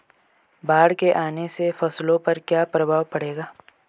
बाढ़ के आने से फसलों पर क्या प्रभाव पड़ेगा?